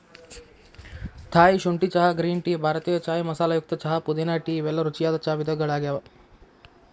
Thai ಶುಂಠಿ ಚಹಾ, green tea, ಭಾರತೇಯ ಚಾಯ್ ಮಸಾಲೆಯುಕ್ತ ಚಹಾ, ಪುದೇನಾ ಟೇ ಇವೆಲ್ಲ ರುಚಿಯಾದ ಚಾ ವಿಧಗಳಗ್ಯಾವ